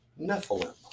Nephilim